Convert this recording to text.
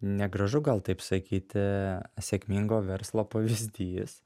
negražu gal taip sakyti sėkmingo verslo pavyzdys